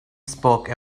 spoke